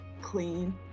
clean